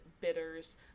bitters